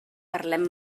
parlem